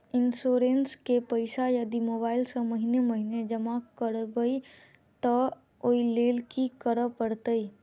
Insurance केँ पैसा यदि मोबाइल सँ महीने महीने जमा करबैई तऽ ओई लैल की करऽ परतै?